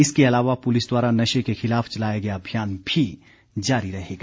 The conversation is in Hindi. इसके अलावा पुलिस द्वारा नशे के खिलाफ चलाया गया अभियान भी जारी रहेगा